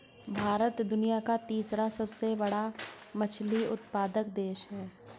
भारत दुनिया का तीसरा सबसे बड़ा मछली उत्पादक देश है